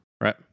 Right